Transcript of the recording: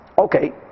Okay